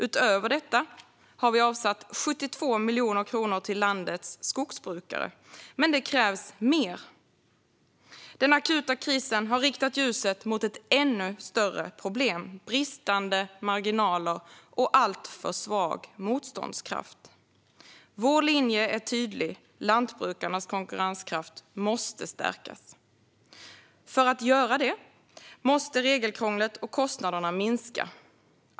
Utöver detta har vi avsatt 72 miljoner kronor till landets skogsbrukare. Men det krävs mer. Den akuta krisen har riktat ljuset mot ett ännu större problem, nämligen bristande marginaler och alltför svag motståndskraft. Vår linje är tydlig: Lantbrukarnas konkurrenskraft måste stärkas. För att det ska ske måste regelkrånglet och kostnaderna minska.